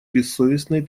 бессовестной